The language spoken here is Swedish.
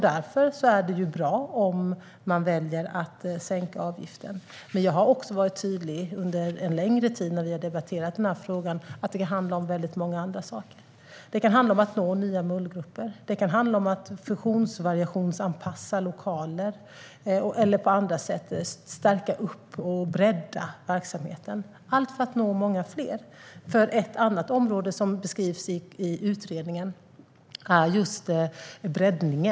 Därför är det bra om man väljer att sänka avgiften. Jag har varit tydlig under en längre tid när vi har debatterat frågan att det också handlar om väldigt många andra saker. Det kan handla om att nå nya målgrupper. Det kan handla om att funktionsvariationsanpassa lokaler eller på andra sätt stärka och bredda verksamheten - allt för att nå många fler. Ett annat område som beskrivs i utredningen är just breddningen.